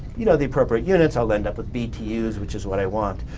you know, the appropriate units, i'll end up with btu's which is what i want.